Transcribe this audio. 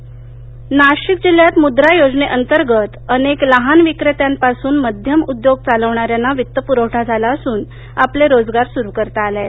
मद्रा योजना लाभार्थी नाशिक नाशिक जिल्ह्यात मुद्रा योजनेअंतर्गत अनेक लहान विक्रेत्यांपासून मध्यम उद्योग चालविणाऱ्यांना वित्त प्रवठा झाला असून आपले रोजगार सुरू करता आले आहेत